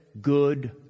good